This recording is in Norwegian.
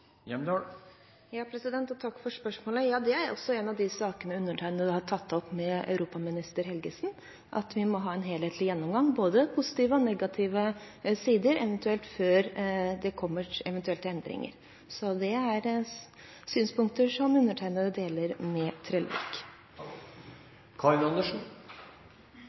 mot nærings- og nytingsmiddelindustrien? Takk for spørsmålet. Ja, det er også en av de sakene undertegnede har tatt opp med europaminister Helgesen, at vi må ha en helhetlig gjennomgang – av både positive og negative sider – før det kommer eventuelle endringer. Det er synspunkter som undertegnede deler med Trellevik.